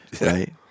Right